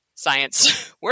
science